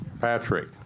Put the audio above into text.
Patrick